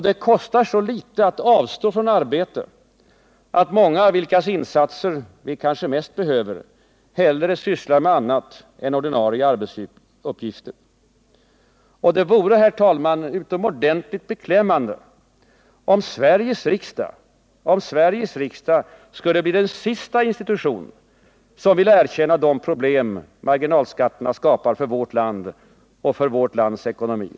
Det kostar så litet att avstå från arbete att många, vilkas insatser vi kanske mest behöver, hellre sysslar med annat än ordinarie arbetsuppgifter. Det vore, herr talman, utomordentligt beklämmande om Sveriges riksdag skulle bli den sista institution som vill erkänna de problem marginalskatterna skapar för vårt land och för vårt lands ekonomi.